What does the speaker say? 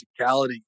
physicality